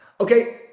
Okay